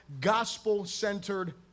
gospel-centered